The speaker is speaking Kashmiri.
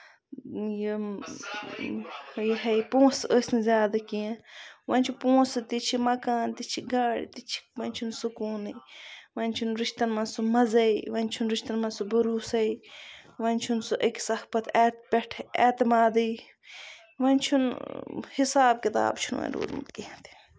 یِم یِہوے پوٛنسہٕ ٲسۍ نہٕ زیادٕ کیٚنہہ وۄنۍ چھِ پوٛنسہٕ تہِ چھِ مَکانہٕ تہِ چھِ گاڈِ تہِ چھِ وۄنۍ چھُنہٕ سٔکوٗنُے وۄنۍ چھُنہٕ رِشتَن منٛز سُہ مَزَے وۄنۍ چھُنہٕ رِشتَن منٛز سُہ بَروسَے وۄنۍ چھُنہٕ أکِس اکھ تپہٕ پٮ۪ٹھ سُہ اعتٔمادٕے وۄنۍ چھُنہٕ حِساب کِتاب چھُنہٕ وۄنۍ روٗدمُت کیٚنہہ تہِ